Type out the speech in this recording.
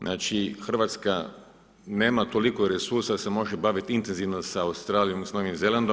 Znači Hrvatska nema toliko resursa da se može baviti intenzivno sa Australijom i sa Novim Zelandom.